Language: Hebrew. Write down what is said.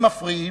אם מפריעים,